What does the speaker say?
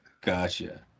Gotcha